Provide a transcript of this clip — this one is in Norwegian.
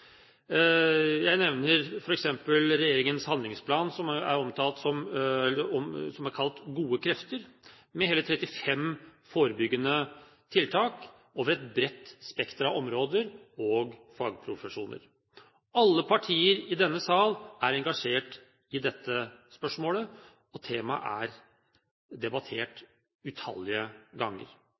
Jeg nevner f.eks. regjeringens handlingsplan som er kalt Gode krefter, med hele 35 forebyggende tiltak over et bredt spekter av områder og fagprofesjoner. Alle partier i denne sal er engasjert i dette spørsmålet, og temaet er debattert utallige ganger.